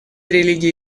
религии